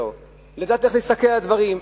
לדעת איך להסתכל על הדברים,